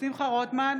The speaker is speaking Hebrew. שמחה רוטמן,